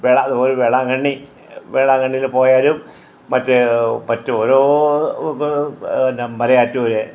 വേള അതുപോലെ വേളാങ്കണ്ണി വേളാങ്കണ്ണിയില് പോയാലും മറ്റ് പറ്റും ഓരോരോ പിന്നെ മലയാറ്റൂര്